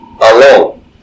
alone